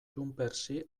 jxsí